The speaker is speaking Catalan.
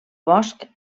bosc